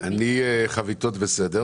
אני עם חביתות בסדר